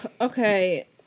okay